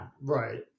Right